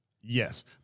Yes